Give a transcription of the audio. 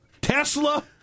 Tesla